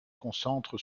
concentre